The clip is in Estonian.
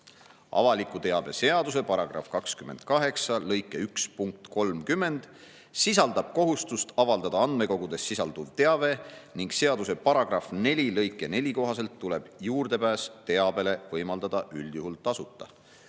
avaliku teabe seaduse § 28 lõike 1 punkt 30 sisaldab kohustust avaldada andmekogudes sisalduv teave ning seaduse § 4 lõike 4 kohaselt tuleb juurdepääs teabele võimaldada üldjuhul tasuta.